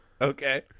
Okay